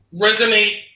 resonate